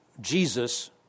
Jesus